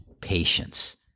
patience